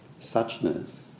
suchness